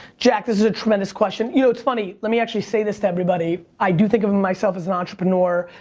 jack, this is a tremendous question. you know, it's funny. let me actually say this to everybody. i do think of myself as an entrepreneur,